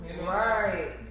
Right